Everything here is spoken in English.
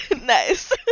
Nice